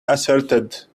asserted